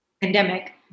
pandemic